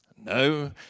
No